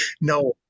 No